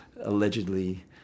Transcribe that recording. allegedly